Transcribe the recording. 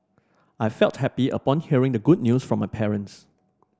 I felt happy upon hearing the good news from my parents